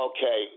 Okay